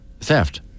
Theft